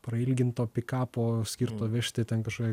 prailginto pikapo skirto vežti ten kažkokią